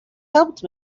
helped